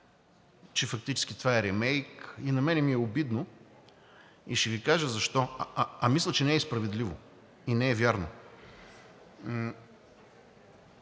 че фактически това е римейк – на мен ми е обидно и ще Ви кажа защо, а мисля, че не е и справедливо, и не е вярно.